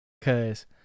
Cause